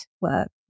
work